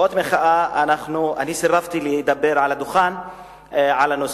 כאות מחאה אני סירבתי לדבר מעל הדוכן על הנושא.